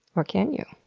or can you?